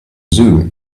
zoo